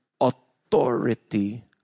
authority